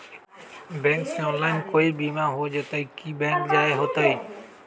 Bank से online कोई बिमा हो जाई कि बैंक जाए के होई त?